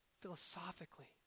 philosophically